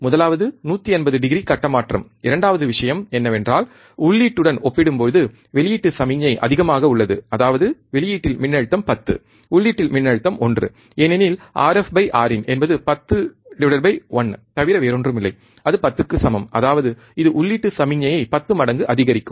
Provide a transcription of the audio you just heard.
முதலாவது 180 டிகிரி கட்ட மாற்றம் இரண்டாவது விஷயம் என்னவென்றால் உள்ளீட்டுடன் ஒப்பிடும்போது வெளியீட்டு சமிக்ஞை அதிகமாக உள்ளது அதாவது வெளியீட்டில் மின்னழுத்தம் 10 உள்ளீட்டில் மின்னழுத்தம் 1 ஏனெனில் Rf Rin என்பது 101 தவிர வேறொன்றுமில்லை அது 10 க்கு சமம் அதாவது இது உள்ளீட்டு சமிக்ஞையை 10 மடங்கு அதிகரிக்கும்